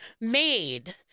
made